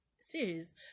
series